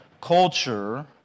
culture